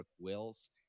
Wills